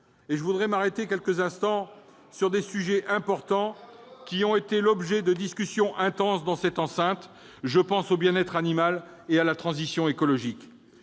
Je voudrais m'arrêter quelques instants sur des sujets importants, qui ont été l'objet d'intenses discussions dans cette enceinte. Je pense au bien-être animal et à la transition écologique.